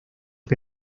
que